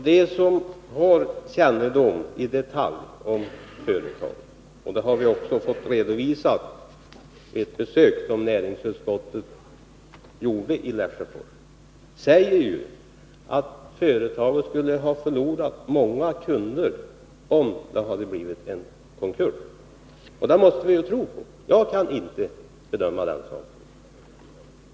Herr talman! De som har detaljkännedom om företaget säger att företaget skulle ha förlorat många kunder om det hade blivit en konkurs — och detta har vi också fått redovisat vid ett besök som näringsutskottet gjorde i Lesjöfors. Det måste vi tro på. Jag kan inte bedöma saken.